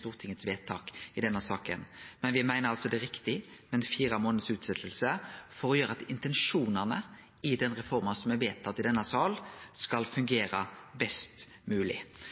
stortingsvedtaket i denne saka. Men me meiner det er riktig med fire månaders utsetjing for at intensjonane i den reforma som er vedtatt i denne salen, skal fungere best